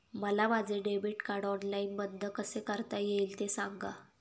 मला माझे debit card online बंद कसे करता येईल, ते सांगा